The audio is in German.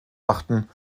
achten